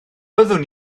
byddwn